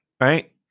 right